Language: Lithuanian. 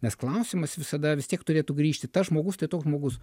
nes klausimas visada vis tiek turėtų grįžti tas žmogus tai toks žmogus